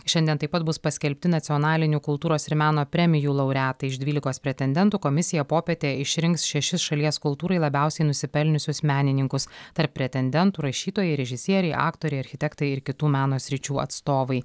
šiandien taip pat bus paskelbti nacionalinių kultūros ir meno premijų laureatai iš dvylikos pretendentų komisija popiete išrinks šešis šalies kultūrai labiausiai nusipelniusius menininkus tarp pretendentų rašytojai režisieriai aktoriai architektai ir kitų meno sričių atstovai